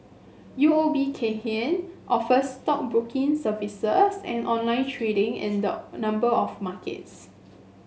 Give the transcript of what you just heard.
U O B Kay Hian offers stockbroking services and online trading in the number of markets